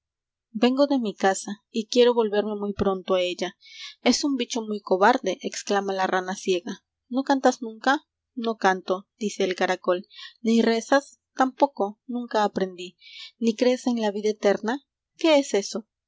vengo de mi casa y quiero volverme muy pronto a ella es un bicho muy cobarde exclama la rana ciega no cantas nunca no canto dice el caracol ni rezas tampoco nunca aprendí ni crees en la vida eterna qué es eso